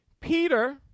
Peter